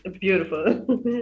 Beautiful